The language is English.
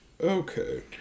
Okay